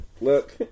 Look